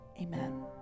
Amen